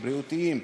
הבריאותיים,